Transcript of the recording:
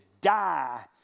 die